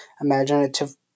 imaginative